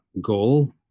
goal